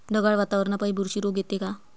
ढगाळ वातावरनापाई बुरशी रोग येते का?